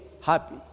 happy